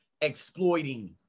exploiting